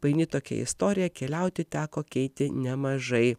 paini tokia istorija keliauti teko keiti nemažai